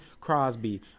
Crosby